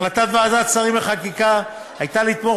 החלטת ועדת השרים לחקיקה הייתה לתמוך